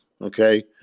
Okay